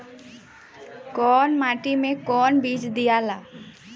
कौन माटी मे कौन बीज दियाला?